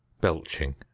belching